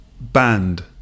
band